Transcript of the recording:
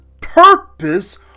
purpose